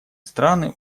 страны